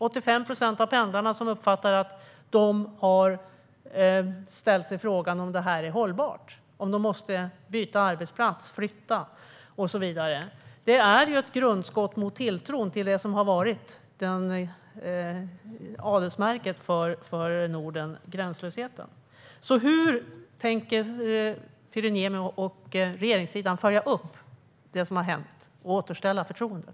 85 procent av pendlarna har ställt sig frågan om det här är hållbart eller om de måste byta arbetsplats, flytta och så vidare. Det är ett grundskott mot tilltron till det som har varit adelsmärket för Norden - gränslösheten. Hur tänker Pyry Niemi och regeringssidan följa upp det som har hänt och återställa förtroendet?